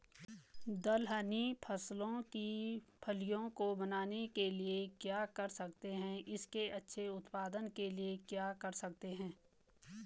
दलहनी फसलों की फलियों को बनने के लिए क्या कर सकते हैं इसके अच्छे उत्पादन के लिए क्या कर सकते हैं?